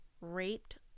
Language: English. raped